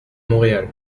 montréal